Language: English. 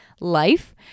life